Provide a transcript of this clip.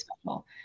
special